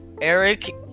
Eric